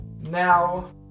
Now